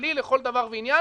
עסקי-כלכלי לכל דבר ועניין.